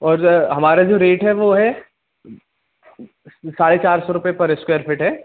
और हमारा जो रेट है वो है साढ़े चार सौ रुपये पर स्क्वैर फीट है